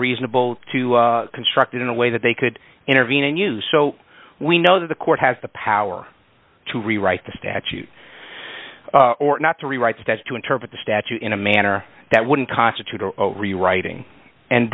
reasonable to construct it in a way that they could intervene and use so we know that the court has the power to rewrite the statute or not to rewrite steps to interpret the statute in a manner that wouldn't constitute a rewriting and